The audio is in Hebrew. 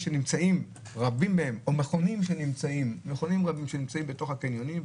שרבים מהם נמצאים בתוך הקניונים,